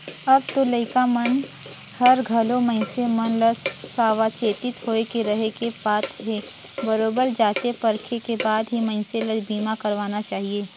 अब तो लइका मन हर घलो मइनसे मन ल सावाचेती होय के रहें के बात हे बरोबर जॉचे परखे के बाद ही मइनसे ल बीमा करवाना चाहिये